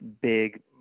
big